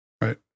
Right